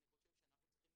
אני חושב שאנחנו צריכים,